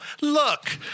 Look